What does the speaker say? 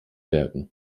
werken